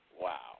Wow